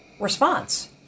response